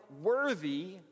worthy